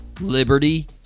liberty